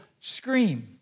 scream